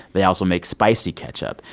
they also make spicy ketchup,